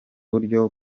buryo